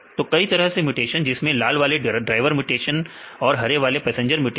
तो कई तरह के म्यूटेशन जिसमें लाल वाले ड्राइवर म्यूटेशन और हरे वाले पैसेंजर म्यूटेशन